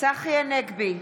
צחי הנגבי,